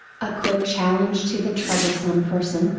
a quick challenge to the troublesome person,